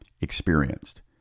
experienced